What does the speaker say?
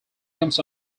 comes